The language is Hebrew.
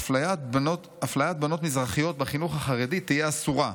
אפליית בנות מזרחיות בחינוך החרדי תהיה אסורה,